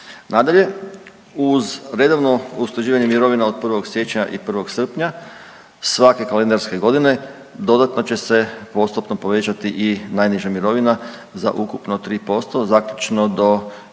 Nadalje, uz redovno usklađivanje mirovina od 1. siječnja i 1. srpnja svake kalendarske godine dodatno će se postupno povećati i najniža mirovina za ukupno 3% zaključno do